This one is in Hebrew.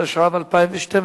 התשע"ב 2012,